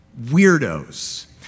weirdos